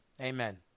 amen